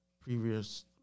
previous